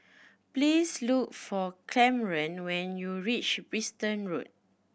please look for Kamron when you reach Bristol Road